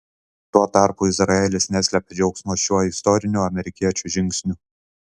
tuo tarpu izraelis neslėpė džiaugsmo šiuo istoriniu amerikiečių žingsniu